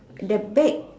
the bag